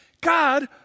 God